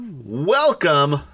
Welcome